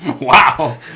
Wow